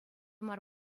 мар